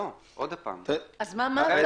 איך אתה